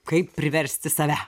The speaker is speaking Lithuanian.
kaip priversti save